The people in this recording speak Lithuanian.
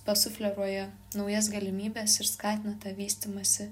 pasufleruoja naujas galimybes ir skatina tą vystymąsi